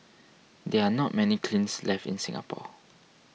there are not many kilns left in Singapore